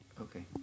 Okay